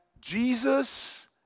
Jesus